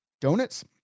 donuts